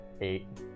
Eight